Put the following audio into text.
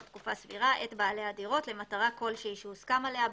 תקופה סבירה את בעלי הדירות למטרה כלשהי שהוסכם עליה,